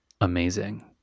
amazing